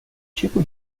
tipo